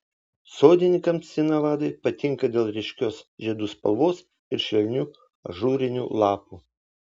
sodininkams sinavadai patinka dėl ryškios žiedų spalvos ir švelnių ažūrinių lapų